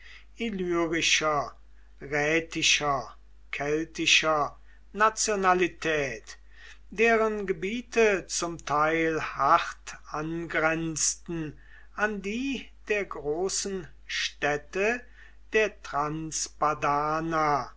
illyrischer rätischer keltischer nationalität deren gebiete zum teil hart angrenzten an die der großen städte der transpadana